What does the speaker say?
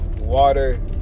water